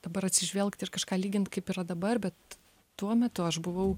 dabar atsižvelgti ir kažką lygint kaip yra dabar bet tuo metu aš buvau